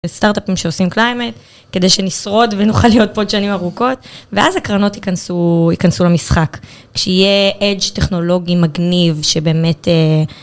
סטארט-אפים שעושים קליימנט, כדי שנשרוד ונוכל להיות פה עוד שנים ארוכות ואז הקרנות ייכנסו למשחק. כשיהיה אדג'טכנולוגי מגניב שבאמת...